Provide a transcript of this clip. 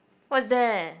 what's that